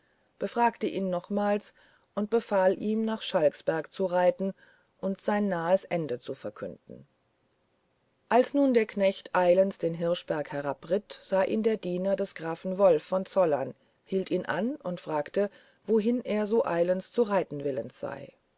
befragte ihn nochmals und befahl ihm nach schalksberg zu reiten und sein nahes ende zu verkünden als nun der knecht eilends den hirschberg herabritt sah ihn der diener des grafen wolf von zollern hielt ihn an und fragte wohin er so eilends zu reiten willens sei